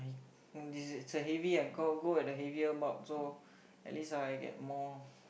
this is it's a heavy I go go at a heavier bulk so at least I get more